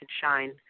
shine